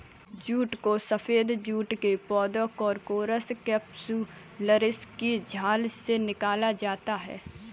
jute को सफेद जूट के पौधे कोरकोरस कैप्सुलरिस की छाल से निकाला जाता है